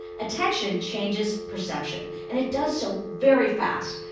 attention changes perception. and it does so very fast,